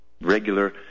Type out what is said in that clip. Regular